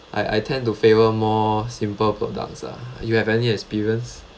I I tend to favour more simple products ah you have any experience